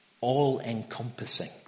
all-encompassing